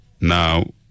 Now